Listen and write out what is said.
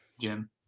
Jim